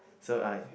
so I